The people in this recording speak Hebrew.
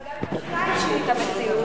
אבל גם לגבי השיניים שינית מציאות,